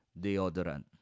deodorant